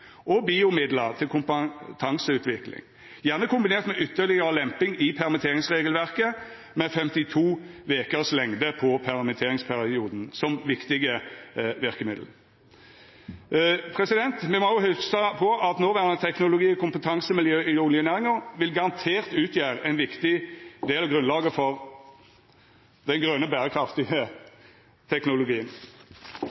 og BIO-midlar til kompetanseutvikling, gjerne kombinert med ytterlegare lempingar i permitteringsregelverket, med 52 vekers lengd på permitteringsperioden som viktig verkemiddel. Vi må også hugsa på at noverande teknologi- og kompetansemiljø i oljenæringa vil garantert utgjera ein viktig del av grunnlaget for den grøne